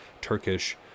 Turkish